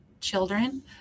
children